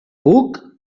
puc